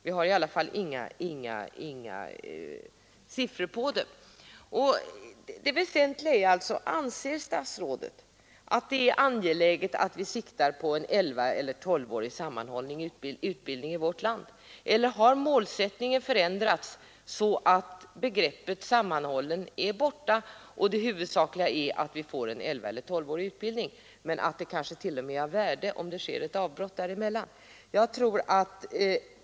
I varje fall har vi inga siffror på att vi har lyckats med det. Jag vill därför fråga om statsrådet anser det vara angeläget att vi siktar på en elvaeller tolvårig sammanhållen utbildning i vårt land. Har kanske målsättningen ändrats, så att begreppet sammanhållen nu är borta och det huvudsakliga är att vi får en elvaeller tolvårig utbildning och att man kanske t.o.m. anser det vara av värde att ett avbrott görs i studierna?